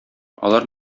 алар